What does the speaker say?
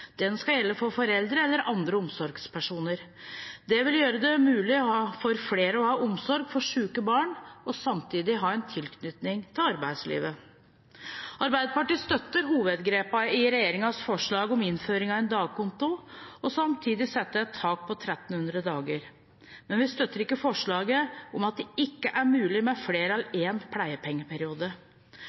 Den skal gjelde for foreldre eller andre omsorgspersoner. Det vil gjøre det mulig for flere å ha omsorg for syke barn og samtidig ha en tilknytning til arbeidslivet. Arbeiderpartiet støtter hovedgrepene i regjeringens forslag om innføring av en dagkonto og samtidig sette et tak på 1 300 dager, men vi støtter ikke forslaget om at det ikke er mulig med flere enn én pleiepengeperiode.